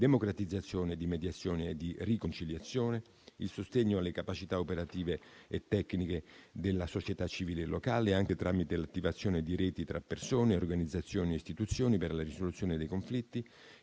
democratizzazione, di mediazione e di riconciliazione; il sostegno alle capacità operative e tecniche della società civile locale, anche tramite l'attivazione di reti tra persone, organizzazioni e istituzioni, per la risoluzione dei conflitti;